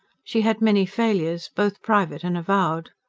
she had many failures, both private and avowed.